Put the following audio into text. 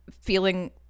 feeling